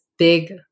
big